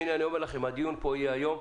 והנה אני אומר לכם, בדיון שיהיה היום